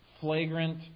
flagrant